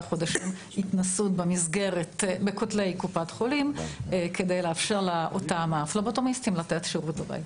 חודשי התנסות בכותלי קופת החולים כדי לאפשר להם לתת שירות בבית.